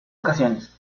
ocasiones